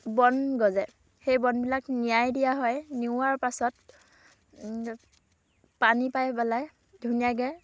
বন গজে সেই বনবিলাক নিয়াই দিয়া হয় নিওৱাৰ পাছত পানী পাই পেলাই ধুনীয়াকৈ